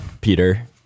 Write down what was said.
Peter